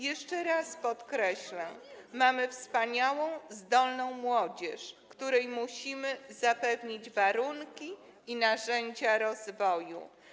Jeszcze raz podkreślę: Mamy wspaniałą, zdolną młodzież, której musimy zapewnić warunki i narzędzia rozwoju.